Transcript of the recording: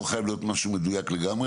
לא חייב להיות מדויק לגמרי,